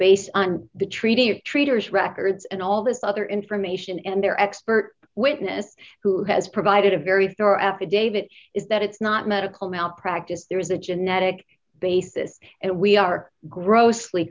based on the treaty or treaters records and all this other information and their expert witness who has provided a very fair affidavit is that it's not medical malpractise there is a genetic basis and we are grossly